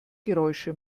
geräusche